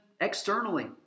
externally